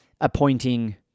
appointing